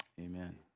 Amen